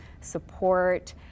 support